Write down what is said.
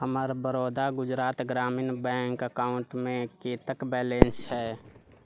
हमर बड़ौदा गुजरात ग्रामीण बैंक अकाउंटमे केतक बैलेंस छै